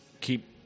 keep